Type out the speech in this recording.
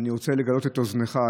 אני רוצה לגלות את אוזנך,